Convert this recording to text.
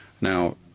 Now